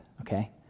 okay